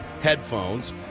headphones